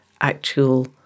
actual